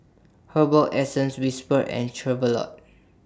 Herbal Essences Whisper and Chevrolet